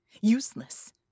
Useless